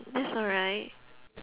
that's alright